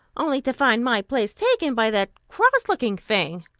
only to find my place taken by that cross-looking thing.